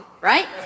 right